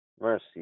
Mercy